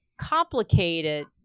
complicated